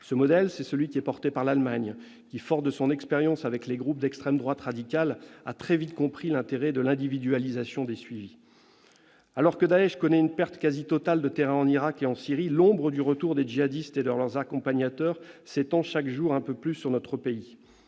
Ce modèle est celui qui est promu en Allemagne, pays qui, fort de son expérience avec les groupes d'extrême droite radicale, a très vite compris l'intérêt de l'individualisation des suivis. Alors que Daech subit une perte quasi totale de terrain en Irak et en Syrie, l'ombre du retour des djihadistes et de leurs accompagnateurs s'étend chaque jour un peu plus sur notre pays.